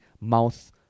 mouth